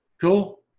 cool